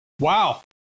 Wow